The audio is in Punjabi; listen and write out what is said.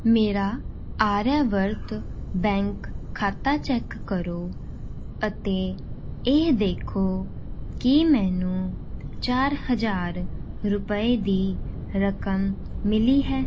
ਮੇਰਾ ਆਰਿਆਵਰਤ ਬੈਂਕ ਖਾਤਾ ਚੈੱਕ ਕਰੋ ਅਤੇ ਇਹ ਦੇਖੋ ਕੀ ਮੈਨੂੰ ਚਾਰ ਹਜ਼ਾਰ ਰੁਪਏ ਦੀ ਰਕਮ ਮਿਲੀ ਹੈ